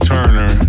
Turner